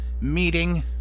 meeting